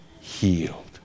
healed